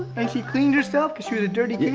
and she cleaned herself because she was a dirty